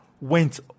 went